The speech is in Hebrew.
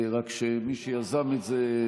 מי שיזם את זה,